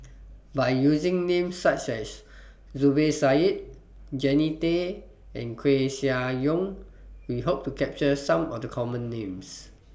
By using Names such as Zubir Said Jannie Tay and Koeh Sia Yong We Hope to capture Some of The Common Names